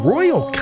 Royal